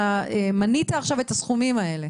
כשמנית עכשיו את הסכומים האלה